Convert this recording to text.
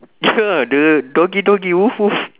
ya the doggy doggy woof woof